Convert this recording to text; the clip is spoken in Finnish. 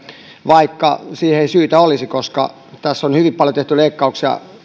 vaikka siihen ei syytä olisi koska tässä on hyvin paljon tehty leikkauksia